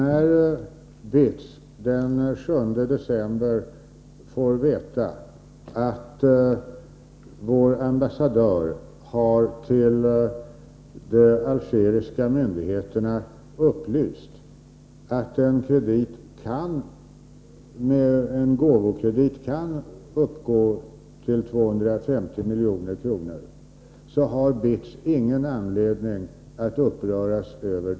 Fru talman! När BITS den 7 december får veta att vår ambassadör har upplyst de algeriska myndigheterna om att en gåvokredit kan uppgå till 250 milj.kr., har BITS ingen anledning att uppröras.